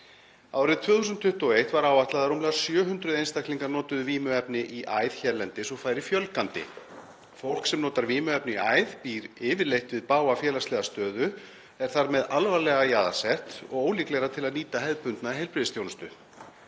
Árið 2021 var áætlað að rúmlega 700 einstaklingar notuðu vímuefni í æð hérlendis og færi fjölgandi. Fólk sem notar vímuefni í æð býr yfirleitt við bága félagslega stöðu og er þar með alvarlega jaðarsett og ólíklegra til að nýta hefðbundna heilbrigðisþjónustu.